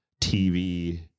TV